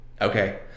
Okay